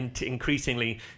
increasingly